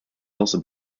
also